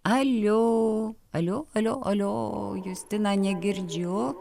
alio alio alio alio justina negirdžiu